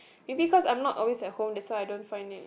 maybe cause I'm not always at home that's why I don't find it